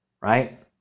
right